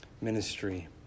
ministry